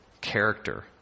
Character